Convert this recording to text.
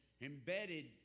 embedded